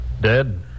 Dead